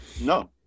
no